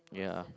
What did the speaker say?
yeah